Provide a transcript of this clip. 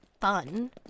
fun